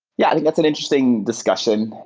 yeah. that's an interesting discussion,